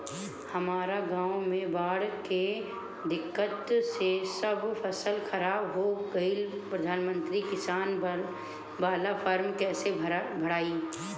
हमरा गांव मे बॉढ़ के दिक्कत से सब फसल खराब हो गईल प्रधानमंत्री किसान बाला फर्म कैसे भड़ाई?